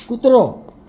કૂતરો